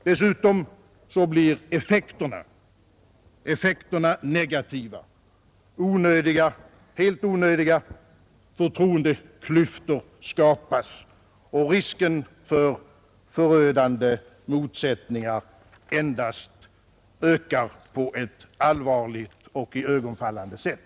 Dessutom blir effekterna negativa. Helt onödiga förtroendeklyftor skapas och risken för förödande motsättningar endast ökar på ett allvarligt och iögonfallande sätt.